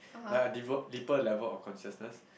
like a deeper deeper level of consciousness